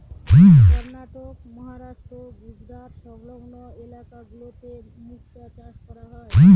কর্ণাটক, মহারাষ্ট্র, গুজরাট সংলগ্ন ইলাকা গুলোতে মুক্তা চাষ করা হয়